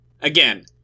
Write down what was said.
again